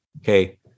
okay